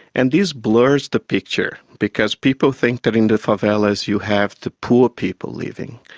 and this blurs the picture, because people think that in the favelas you have the poor people living,